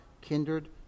kindred